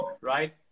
right